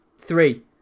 Three